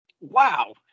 Wow